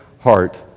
heart